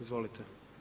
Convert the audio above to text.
Izvolite.